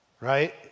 right